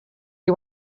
you